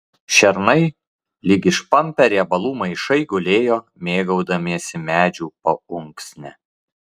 šernai lyg išpampę riebalų maišai gulėjo mėgaudamiesi medžių paunksne